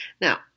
now